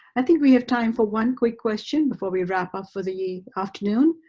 i think we have time for one quick question before we wrap up for the afternoon.